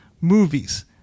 Movies